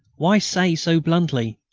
why say so bluntly,